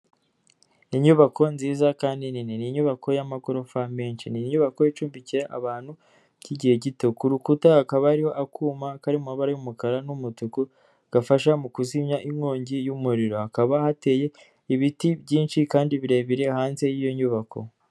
Inyubako nziza kandi nini, ni inyubako y'amagorofa menshi, ni inyubako icumbikiye abantu by'igihe gito, ku rukuta hakaba hariho akuma kari mu mamabara y'umukara n'umutuku gafasha mu kuzimya inkongi yumuriro, hakaba hateye ibiti byinshi kandi birebire hanze y'iyo nyubako.